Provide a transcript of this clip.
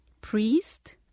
Priest